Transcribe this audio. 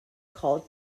called